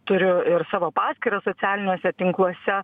turiu ir savo paskyras socialiniuose tinkluose